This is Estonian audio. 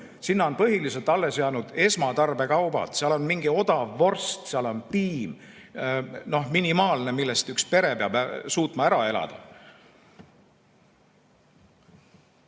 Sinna on põhiliselt alles jäänud esmatarbekaubad: seal on mingi odav vorst, seal on piim [ja muu] minimaalne, millest üks pere peab suutma ära elada.